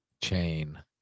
chain